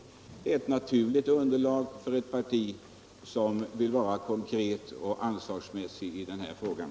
Allt detta är naturligt för ett parti som vill konkret och ansvarsfullt bedöma den här frågan.